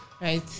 Right